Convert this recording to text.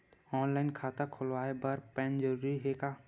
Online खाता खुलवाय बर पैन जरूरी हे का?